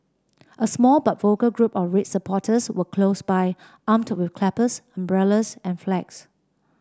a small but vocal group of red supporters were close by armed with clappers umbrellas and flags